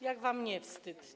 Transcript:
Jak wam nie wstyd?